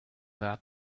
that